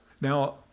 Now